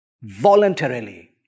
voluntarily